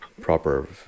proper